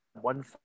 one